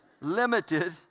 Limited